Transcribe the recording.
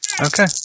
Okay